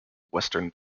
western